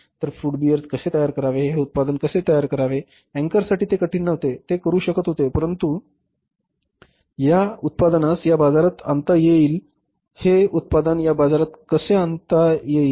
तर फळ बियर कसे तयार करावे हे उत्पादन कसे तयार करावे अँकरसाठी ते कठीण नव्हते ते ते करू शकत होते परंतु या उत्पादनास या बाजारात कसे आणता येईल हे उत्पादन या बाजारात कसे आणता येईल